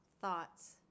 thoughts